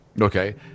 Okay